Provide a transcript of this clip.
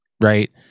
right